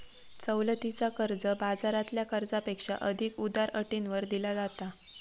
सवलतीचा कर्ज, बाजारातल्या कर्जापेक्षा अधिक उदार अटींवर दिला जाता